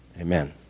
Amen